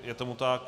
Je tomu tak?